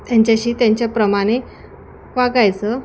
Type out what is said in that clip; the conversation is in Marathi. त्यांच्याशी त्यांच्याप्रमाणे वागायचं